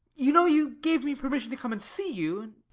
you know you gave me permission to come and see you